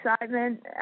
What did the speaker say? excitement